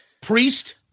Priest